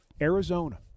Arizona